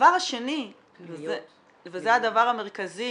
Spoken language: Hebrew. הדבר השני וזה הדבר המרכזי